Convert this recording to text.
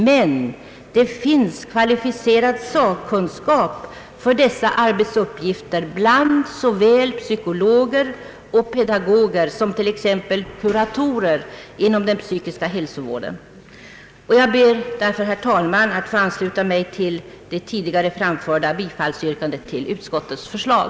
Men det finns kvalificerad sakkunskap för dessa arbetsuppgifter bland såväl psykologer och pedagoger som t.ex. kuratorer inom den psykiska hälsovården. Jag ber därför, herr talman, att få ansluta mig till det tidigare framförda yrkandet om bifall till utskottets förslag.